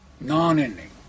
Non-ending